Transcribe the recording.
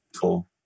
cool